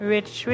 Rich